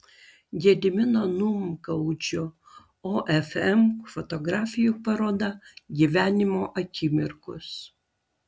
gedimino numgaudžio ofm fotografijų paroda gyvenimo akimirkos